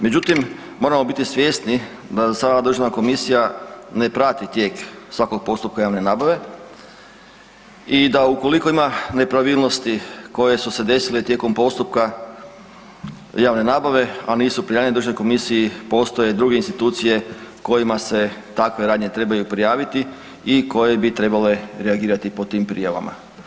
Međutim, moramo biti svjesni da sama državna komisija ne prati tijek svakog postupka javne nabave i da ukoliko ima nepravilnosti koje su se desile tijekom postupka javne nabave, a nisu prijavljene državnoj komisiji postoje druge institucije kojima se takve radnje trebaju prijaviti i koje bi trebale reagirati po tim prijavama.